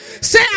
say